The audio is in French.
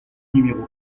numéro